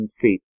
feet